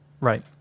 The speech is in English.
Right